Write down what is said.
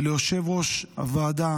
וליושב-ראש הוועדה